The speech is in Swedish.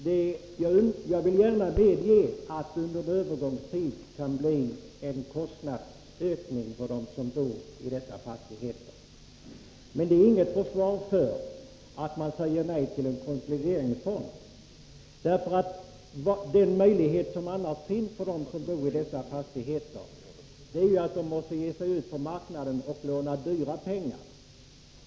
Herr talman! Jag vill gärna medge att det under en övergångstid kan bli en kostnadsökning för dem som bor i dessa fastigheter. Men det är inget försvar för att säga nej till en konsolideringsfond, för den möjlighet som annars finns för dem som bor i dessa fastigheter är ju att ge sig ut på marknaden och låna dyra pengar.